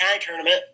tournament